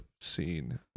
scene